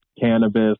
cannabis